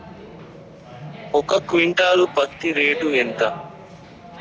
ఒక క్వింటాలు పత్తి రేటు ఎంత?